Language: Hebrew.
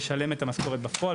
לשלם את המשכורת בפועל,